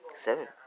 Seven